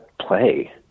play